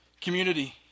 Community